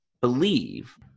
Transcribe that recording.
believe